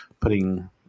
putting